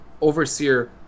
overseer